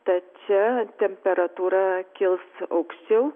tad čia temperatūra kils aukščiau